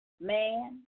man